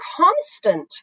constant